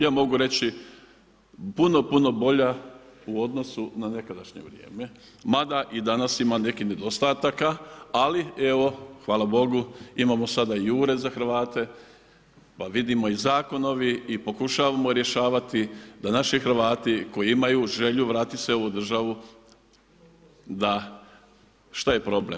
Ja mogu reći puno, puno bolja u odnosu na nekadašnje vrijeme, mada i danas ima nekih nedostataka, ali evo, hvala Bogu imamo sada i ured za Hrvate pa vidimo i zakon novi i pokušavamo rješavati da naši Hrvati koji imaju želju vratit se u ovu državu, da šta je problem?